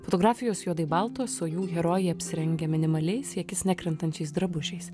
fotografijos juodai baltos o jų herojai apsirengę minimaliais į akis nekrentančiais drabužiais